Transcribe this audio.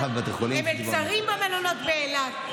הם נמצאים במלונות באילת,